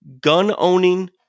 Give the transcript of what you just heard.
gun-owning